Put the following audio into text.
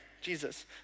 Jesus